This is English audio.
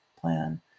plan